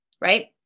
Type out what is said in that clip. right